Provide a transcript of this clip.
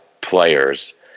players